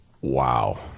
Wow